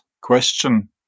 question